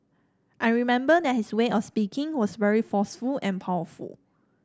I remember that his way of speaking was very forceful and powerful